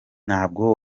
ntabwo